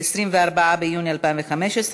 24 ביוני 2015,